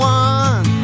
one